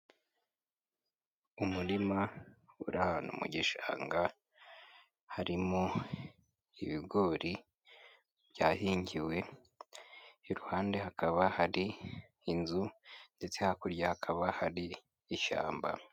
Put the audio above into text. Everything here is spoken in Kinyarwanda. Umurima uri ahantu mu gishanga, harimo ibigori byahingiwe, iruhande hakaba hari inzu ndetse hakurya hakaba hari ishyamba.